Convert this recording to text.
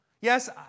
Yes